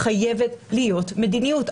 חייבת להיות מדיניות.